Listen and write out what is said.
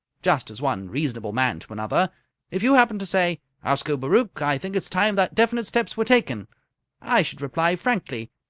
just as one reasonable man to another if you happened to say, ascobaruch, i think it's time that definite steps were taken i should reply frankly,